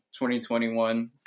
2021